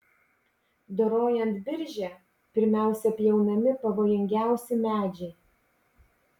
dorojant biržę pirmiausia pjaunami pavojingiausi medžiai